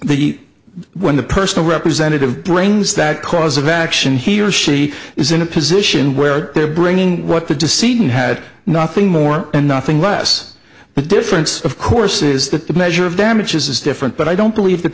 the when the personal representative brings that cause of action he or she is in a position where they're bringing what the decision had nothing more and nothing less but difference of course is that the measure of damages is different but i don't believe that